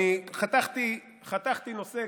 אני חתכתי נושא,